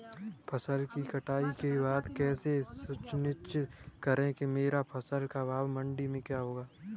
फसल की कटाई के बाद कैसे सुनिश्चित करें कि मेरी फसल का भाव मंडी में क्या होगा?